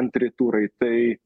ant rytų raitai